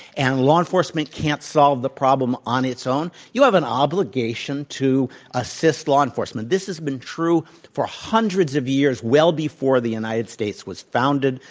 and law enforcement can't solve the problem on its own, you have an obligation to assist law enforcement. this has been true for hundreds of years, well before the united states was founded.